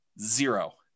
zero